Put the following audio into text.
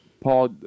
Paul